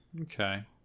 okay